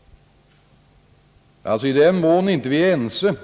— alltså i den mån vi inte är ense.